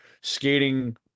skating